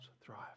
thrive